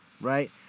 right